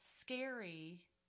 scary